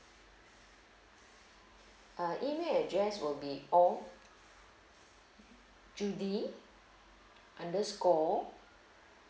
uh email address will be ong judy underscore